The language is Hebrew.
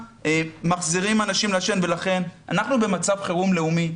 מחזירים אנשים לעשן ולכן אנחנו במצב חירום לאומי,